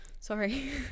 Sorry